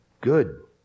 good